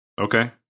Okay